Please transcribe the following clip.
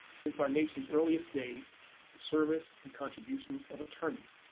since our nation's earliest days, the service and contributions of attorneys,